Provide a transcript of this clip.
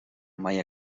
mai